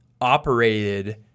operated